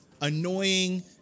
annoying